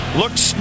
looks